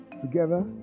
together